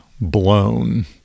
blown